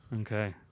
Okay